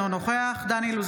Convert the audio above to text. אינו נוכח דן אילוז,